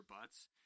butts